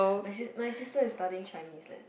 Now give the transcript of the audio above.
my sis my sister is studying Chinese leh